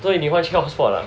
so if you 你换去用 hotspot ah